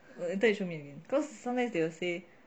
later you show me again cause sometimes they will say